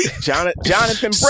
Jonathan